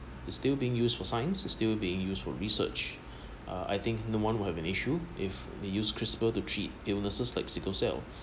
it's still being used for science it's still being used for research uh I think no one have an issue if they use CRISPR to treat illnesses like sickle cell